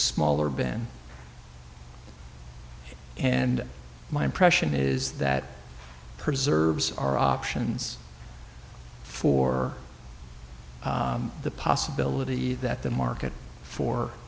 smaller bin and my impression is that preserves our options for the possibility that the market for